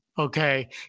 Okay